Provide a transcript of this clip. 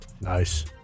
Nice